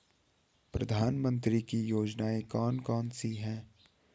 प्रधानमंत्री की योजनाएं कौन कौन सी हैं?